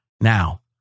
Now